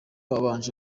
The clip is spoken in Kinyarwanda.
wabanje